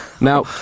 Now